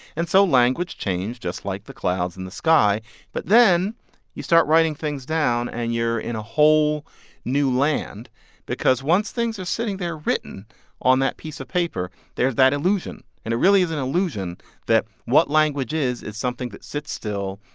and so language changed just like the clouds in the sky but then you start writing things down and you're in a whole new land because once things are sitting there written on that piece of paper, there's that illusion. and it really is an illusion that what language is, is something that sits still.